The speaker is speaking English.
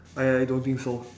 I I don't think so